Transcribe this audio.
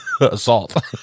assault